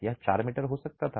यह 4m हो सकता था